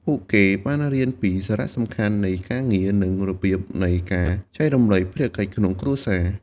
ពួកគេបានរៀនពីសារៈសំខាន់នៃការងារ និងរបៀបនៃការចែករំលែកភារកិច្ចក្នុងគ្រួសារ។